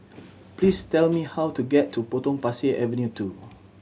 please tell me how to get to Potong Pasir Avenue Two